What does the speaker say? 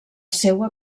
seua